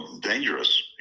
dangerous